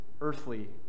earthly